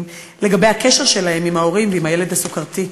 לגבי הקשר שלהם עם ההורים ועם הילד הסוכרתי.